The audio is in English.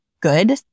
good